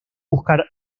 buscar